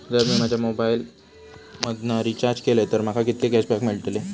जर मी माझ्या मोबाईल मधन रिचार्ज केलय तर माका कितके कॅशबॅक मेळतले?